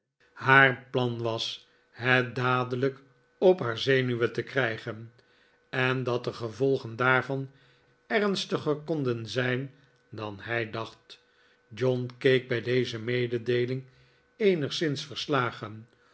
haar plan was het dadelijk op haar zenuwen tekrijgen en dat de gevolgen daarvan ernstiger konden zijn dan hij dacht john keek bij deze mededeeling eenigszins verslagen